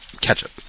Ketchup